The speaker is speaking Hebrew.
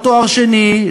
לא תואר שני,